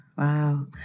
Wow